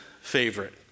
favorite